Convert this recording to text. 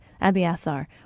Abiathar